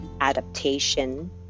adaptation